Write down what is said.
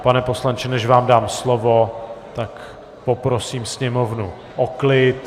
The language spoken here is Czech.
Pane poslanče, než vám dám slovo, poprosím sněmovnu o klid.